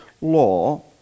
law